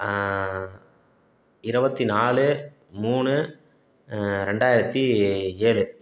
இருபத்தி நாலு மூணு ரெண்டாயிரத்தி ஏழு